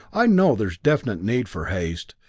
i know there's definite need for haste,